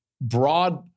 broad